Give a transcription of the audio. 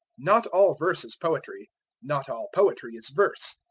not all verse is poetry not all poetry is verse.